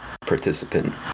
participant